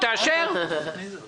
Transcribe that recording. או ארגוני הנוער,